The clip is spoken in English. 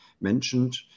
mentioned